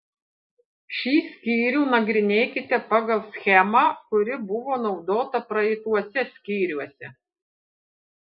šį skyrių nagrinėkite pagal schemą kuri buvo naudota praeituose skyriuose